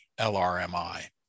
LRMI